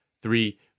three